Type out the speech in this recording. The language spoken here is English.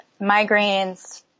migraines